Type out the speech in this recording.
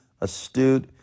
astute